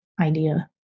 idea